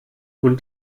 und